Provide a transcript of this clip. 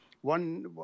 one